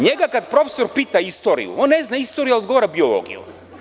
Njega kad profesor pita istoriju, on ne zna istoriju, odgovara biologiju.